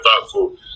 thoughtful